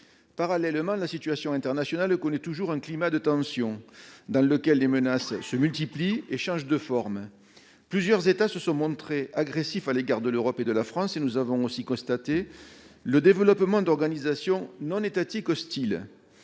Parallèlement, la situation internationale connaît toujours un climat de tension dans lequel les menaces se multiplient et changent de formes. Plusieurs États se sont montrés agressifs à l'égard de l'Europe et de la France, et nous avons aussi constaté le développement d'organisations non étatiques hostiles.